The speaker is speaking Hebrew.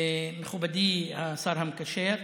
מכובדי השר המקשר.